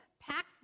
packed